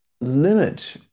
limit